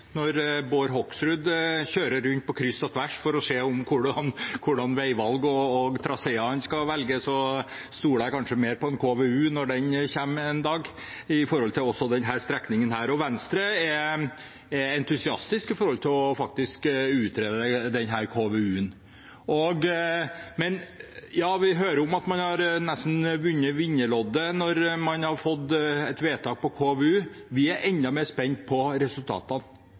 når Bård Hoksrud kjører rundt på kryss og tvers for å se hvordan veivalgene skal være og traseene skal velges. Da stoler jeg kanskje mer på en KVU når den kommer en dag, også for denne strekningen. Venstre er entusiastisk når det gjelder denne KVU-en. Vi hører at man nesten har trukket vinnerloddet når man har fått et vedtak om KVU. Vi er enda mer spente på resultatene.